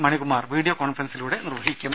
മണി Kumar video കോൺഫറൻസിലൂടെ നിർവഹിക്കും